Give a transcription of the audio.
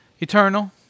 Eternal